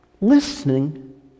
Listening